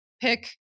Pick